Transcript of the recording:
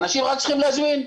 אנשים רק צריכים להזמין,